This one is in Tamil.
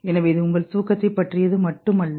எனவே இது உங்கள் தூக்கத்தைப் பற்றியது மட்டுமல்ல